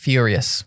Furious